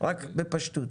רק בפשטות.